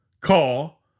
call